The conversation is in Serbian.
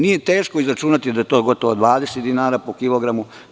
Nije teško izračunati da je to gotovo 20 dinara po kilogramu.